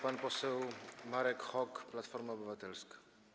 Pan poseł Marek Hok, Platforma Obywatelska.